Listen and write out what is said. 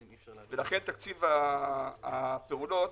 לכן תקציב הפעולות